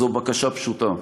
זו בקשה פשוטה,